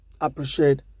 appreciate